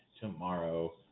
tomorrow